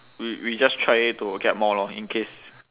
we we just try to get more lor in case